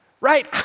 Right